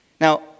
Now